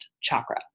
chakra